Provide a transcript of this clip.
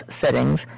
settings